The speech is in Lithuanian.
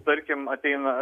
tarkim ateina